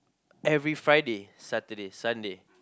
every Friday Saturday Sunday